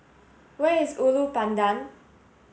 where is Ulu Pandan